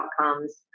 outcomes